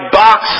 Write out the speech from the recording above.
box